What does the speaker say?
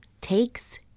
takes